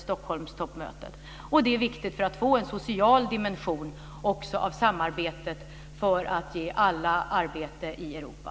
Det är viktigt också för att få en social dimension av samarbetet för att ge alla arbete i Europa.